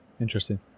Interesting